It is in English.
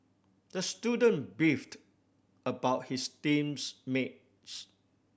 the student beefed about his teams mates